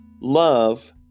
Love